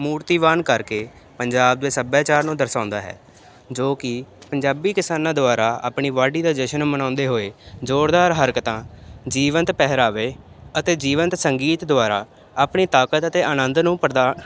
ਮੂਰਤੀਵਾਨ ਕਰਕੇ ਪੰਜਾਬ ਦੇ ਸੱਭਿਆਚਾਰ ਨੂੰ ਦਰਸਾਉਂਦਾ ਹੈ ਜੋ ਕਿ ਪੰਜਾਬੀ ਕਿਸਾਨਾਂ ਦੁਆਰਾ ਆਪਣੀ ਵਾਢੀ ਦਾ ਜਸ਼ਨ ਮਨਾਉਂਦੇ ਹੋਏ ਜ਼ੋਰਦਾਰ ਹਰਕਤਾਂ ਜੀਵਨ ਅਤੇ ਪਹਿਰਾਵੇ ਅਤੇ ਜੀਵਨ ਅਤੇ ਸੰਗੀਤ ਦੁਆਰਾ ਆਪਣੀ ਤਾਕਤ ਅਤੇ ਆਨੰਦ ਨੂੰ ਪ੍ਰਦਾ